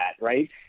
right